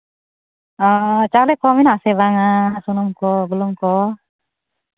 ᱚ ᱪᱟᱣᱞᱮ ᱠᱚ ᱢᱮᱱᱟᱜᱼᱟᱥᱮ ᱵᱟᱝᱼᱟ ᱥᱩᱱᱩᱢ ᱠᱚ ᱵᱩᱞᱩᱝ ᱠᱚ